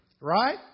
Right